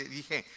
dije